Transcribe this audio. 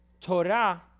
Torah